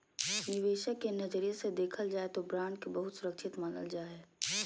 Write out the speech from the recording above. निवेशक के नजरिया से देखल जाय तौ बॉन्ड के बहुत सुरक्षित मानल जा हइ